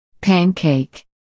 Pancake